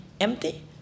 empty